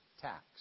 tax